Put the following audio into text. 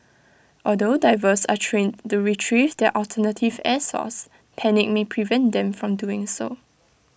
although divers are trained to Retrieve their alternative air source panic may prevent them from doing so